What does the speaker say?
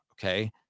okay